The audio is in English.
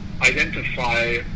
identify